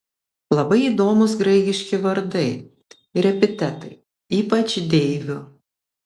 labai įdomūs graikiški vardai ir epitetai ypač deivių